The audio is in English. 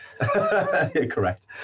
Correct